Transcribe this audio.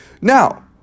Now